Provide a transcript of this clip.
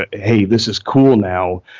ah hey, this is cool now,